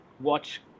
watch